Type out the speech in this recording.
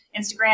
Instagram